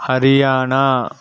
Haryana